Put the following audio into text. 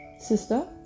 Sister